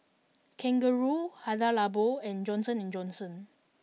Kangaroo Hada Labo and Johnson and Johnson